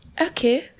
Okay